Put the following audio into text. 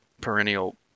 perennial